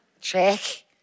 Check